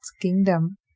kingdom